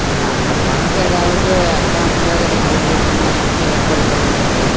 இல்லைனா அந்தப் பணத்தை எதாவது அக்கௌண்டில் யாராவது போட்டு விட்ற மாதிரிக்கு ஏற்பாடு பண்ணி விடுங்க சார்